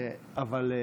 טוב.